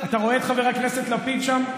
אני ישבתי, אתה רואה את חבר הכנסת לפיד שם?